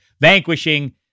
vanquishing